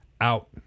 out